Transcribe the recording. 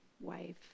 wife